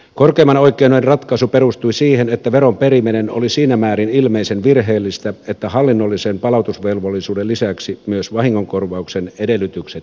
korkeimman oikeuden ratkaisu perustui siihen että veron periminen oli siinä määrin ilmeisen virheellistä että hallinnollisen palautusvelvollisuuden lisäksi myös vahingonkorvauksen edellytykset täyttyivät